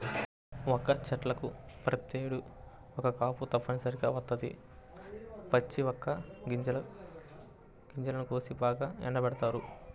వక్క చెట్లకు ప్రతేడు ఒక్క కాపు తప్పనిసరిగా వత్తది, పచ్చి వక్క గింజలను కోసి బాగా ఎండబెడతారు